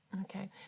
okay